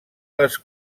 les